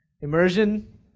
Immersion